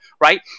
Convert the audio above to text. right